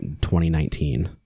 2019